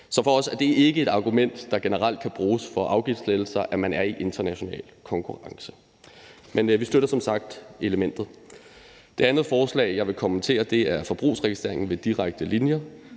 Så for os er det ikke et argument, der generelt kan bruges for afgiftslettelser, at man er i international konkurrence. Men vi støtter som sagt elementet. Det andet forslag, jeg vil kommentere, er det med forbrugsregistreringen ved direkte linjer.